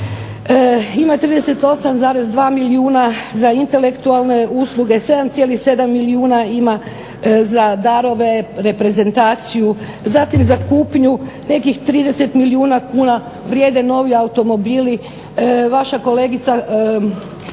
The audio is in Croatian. ima 38,2 milijuna za intelektualne usluge, 7,7 milijuna ima za darove, reprezentaciju, zatim za kupnju nekih 30 milijuna kuna vrijede novi automobili. Vaša kolegica